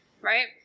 right